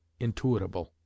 intuitable